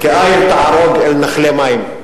כאייל תערוג אל נחלי מים.